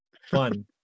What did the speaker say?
Fun